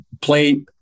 play